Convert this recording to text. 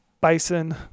bison